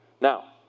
Now